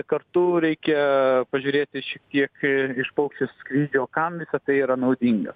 kartu reikia pažiūrėti šiek tiek ir iš paukščio skrydžio kam visa tai yra naudinga